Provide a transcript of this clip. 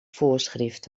voorschrift